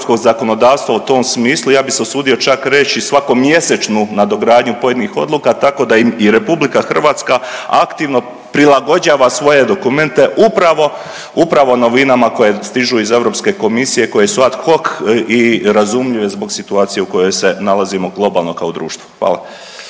da i RH aktivno prilagođava svoje dokumente upravo, upravo novinama koje stižu iz Europske komisije koje su ad hoc i razumljive zbog situacije u kojoj se nalazimo globalno kao društvo, hvala.